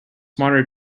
smarter